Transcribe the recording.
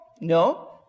No